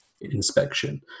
inspection